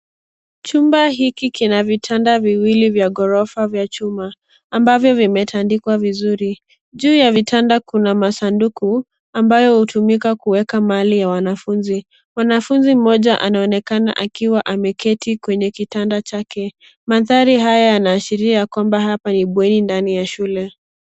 Chumba hiki kina vitanda viwili vya ghorofa vya chuma ambavyo vimetandikwa vizuri. Juu ya vitanda kuna masanduku ambayo hutumika kuweka mali ya wanafunzi. Mwanafunzi mmoja anaonekana akiwa ameketi kwenye kitanda chake. Mandhari haya yanaashiria ya kwamba hapa ni bweni ndani ya shule.